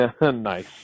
Nice